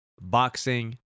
boxing